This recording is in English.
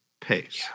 pace